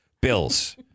Bills